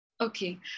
Okay